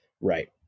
Right